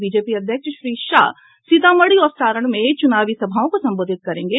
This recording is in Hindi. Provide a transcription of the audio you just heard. बीजेपी अध्यक्ष श्री शाह सीतामढ़ी और सारण में चुनावी सभाओं को संबोधित करेंगे